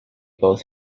both